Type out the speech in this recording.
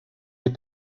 est